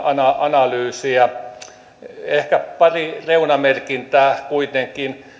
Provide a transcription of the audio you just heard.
analyysia ehkä pari reunamerkintää kuitenkin